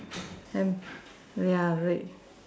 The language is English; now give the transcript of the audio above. hang ya red